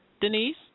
Denise